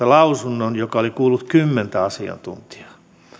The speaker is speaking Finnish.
lausunnon perustuslakivaliokunnalta joka oli kuullut kymmentä asiantuntijaa